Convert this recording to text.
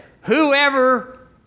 whoever